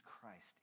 Christ